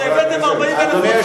שהבאתם 40,000 רוצחים,